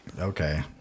okay